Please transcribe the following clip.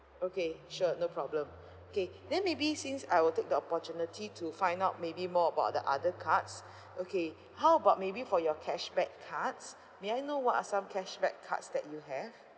okay sure no problem K then maybe since I will take the opportunity to find out maybe more about the other cards okay how about maybe for your cashback cards may I know what are some cashback cards that you have